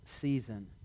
season